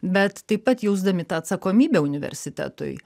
bet taip pat jausdami tą atsakomybę universitetui